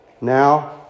now